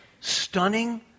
stunning